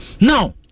Now